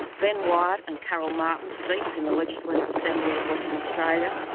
ben wyatt's and carol martin's seats in the legislative assembly of western australia,